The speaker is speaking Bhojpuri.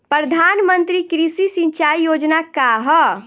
प्रधानमंत्री कृषि सिंचाई योजना का ह?